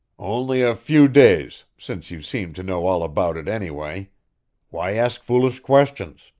only a few days since you seem to know all about it, anyway. why ask foolish questions?